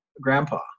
grandpa